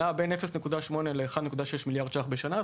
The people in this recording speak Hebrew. שנעה בין 0.8 ל-1.6 מיליארד ש"ח בשנה,